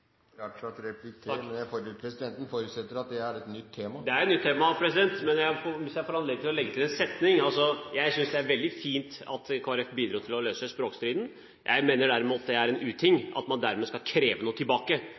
Presidenten forutsetter at det er et nytt tema. Det er et nytt tema, men hvis jeg får anledning til å legge til én setning, vil jeg si: Det er veldig fint at Kristelig Folkeparti bidro til å løse språkstriden, men jeg mener derimot at det er en uting at man dermed skal kreve noe tilbake.